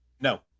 no